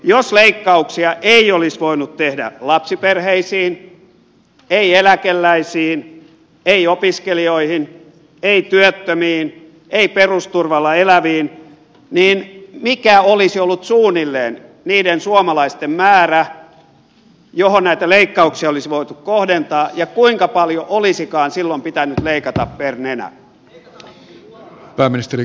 jos leikkauksia ei olisi voinut tehdä lapsiperheisiin ei eläkeläisiin ei opiskelijoihin ei työttömiin ei perusturvalla eläviin niin mikä olisi ollut suunnilleen niiden suomalaisten määrä joihin näitä leikkauksia olisi voitu kohdentaa ja kuinka paljon olisikaan silloin pitänyt leikata per nenä